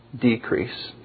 decrease